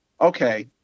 Okay